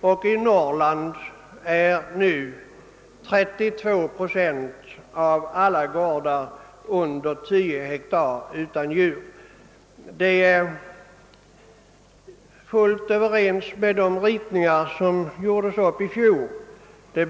och i Norrland är nu 32 procent av alla gårdar under tio hektar utan djur. Det är helt i överensstämmelse med de ritningar som gjordes upp i fjol av majoriteten.